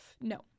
No